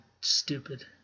stupid